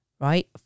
right